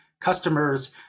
customers